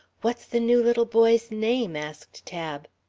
what's the new little boy's name? asked tab.